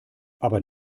aber